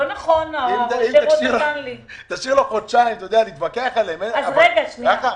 לו חודשיים להתווכח עליהם.